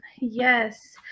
yes